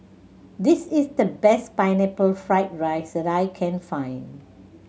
this is the best Pineapple Fried rice that I can find